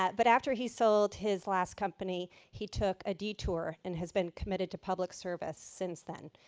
but but after he sold his last company, he took a detour and has been committed to public service since then.